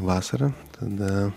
vasarą tada